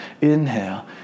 inhale